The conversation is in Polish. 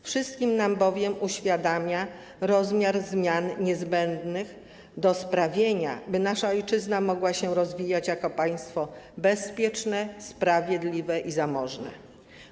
Wszystkim nam bowiem uświadamia rozmiar zmian niezbędnych do sprawienia, by nasza ojczyzna mogła się rozwijać jako państwo bezpieczne, sprawiedliwe i zamożne.